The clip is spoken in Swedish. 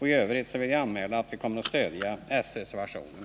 I övrigt vill jag anmäla att vi från vpk kommer att stödja s-reservationen.